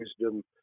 wisdom